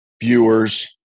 viewers